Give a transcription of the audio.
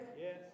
Yes